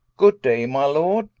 good day, my lord,